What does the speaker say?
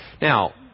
now